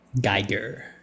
Geiger